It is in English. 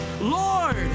lord